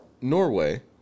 Norway